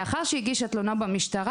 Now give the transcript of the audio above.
לאחר שהיא הגישה תלונה במשטרה,